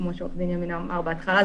כמו שעו"ד ימין אמר בהתחלה,